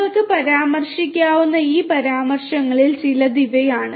നിങ്ങൾക്ക് പരാമർശിക്കാവുന്ന ഈ പരാമർശങ്ങളിൽ ചിലത് ഇവയാണ്